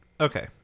Okay